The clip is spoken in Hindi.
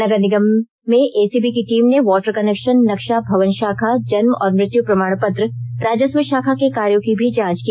नगर निगम में एसीबी की टीम ने वाटर कनेक्षन नक्षा भवन शाखा जन्म और मृत्यु प्रमाण पत्र राजस्व शाखा के कार्यो की भी जांच की